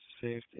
safety